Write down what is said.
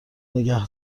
نگه